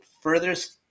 furthest